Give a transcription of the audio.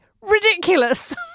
Ridiculous